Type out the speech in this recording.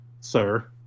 sir